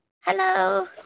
hello